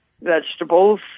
vegetables